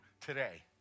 today